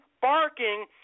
barking